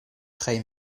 geen